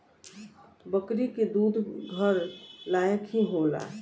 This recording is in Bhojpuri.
बकरी के दूध घर लायक ही होला